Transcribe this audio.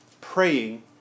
praying